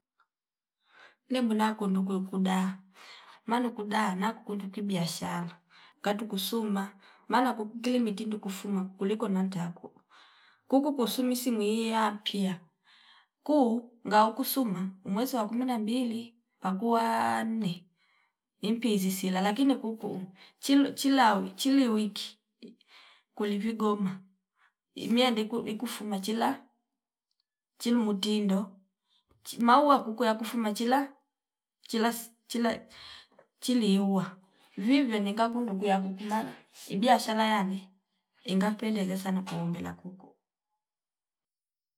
Nemwina kundo kweikuda malu kuda nakukundu kibiashara katu kusuma maana kukukili miti nduku fuma kuliko nantaku kuku kusumi simi iya pia kuu ngaa ukusuma umweza wa kumi na mbili pakua ndi impisi silala lakini kukuu chil- chilawi chili wiki kulivi goma nia diku ikufuma chila chinu mutindo chi maua kukuya kufuma chila chilas chila chili yuwa vivyo ninga kutu kuya kukulala ibiashara yale inga pendeza sana kuombela kuko